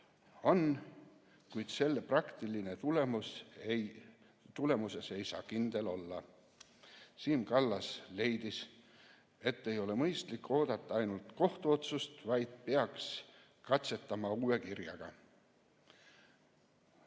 kiri, kuid selle tulemuses ei saa kindel olla. Siim Kallas leidis, et ei ole mõistlik oodata ainult kohtuotsust, vaid peaks katsetama uue kirjaga.